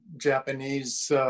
Japanese